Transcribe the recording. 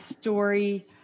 story